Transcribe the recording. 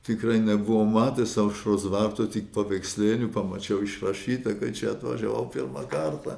tikrai nebuvau matęs aušros vartų tik paveikslėlį pamačiau išrašytą kai čia atvažiavau pirmą kartą